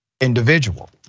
individual